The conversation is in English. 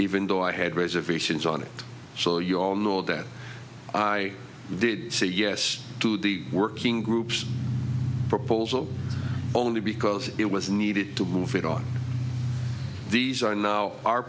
even though i had reservations on it so you all know that i did say yes to the working groups proposal only because it was needed to move it on these are now our